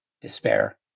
despair